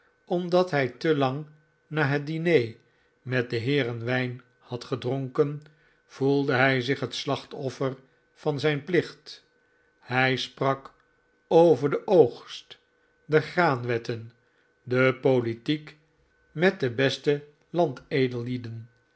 omdat hij te lang na het diner met de heeren wijn had gedronken voelde hij zich het slachtoffer van zijn plicht hij sprak over den oogst de graanwetten de politiek met de beste